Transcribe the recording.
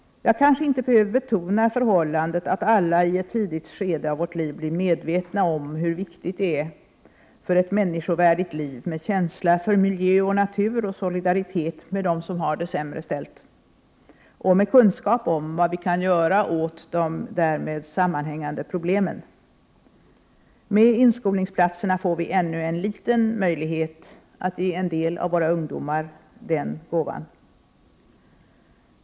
Jag kanske inte behöver betona betydelsen av att alla i ett tidigt skede av sitt liv blir medvetna om hur viktigt det är för ett människovärdigt liv att ha känsla för miljö och natur och solidaritet med dem som har det sämre ställt och att ha kunskap om vad vi kan göra åt de därmed sammanhängande problemen. Med inskolningsplatserna får vi ännu en liten möjlighet att ge en del av våra ungdomar den gåvan.